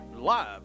live